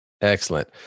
Excellent